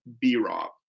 B-Rob